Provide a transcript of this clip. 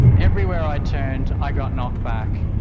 everywhere i turned i got knocked back.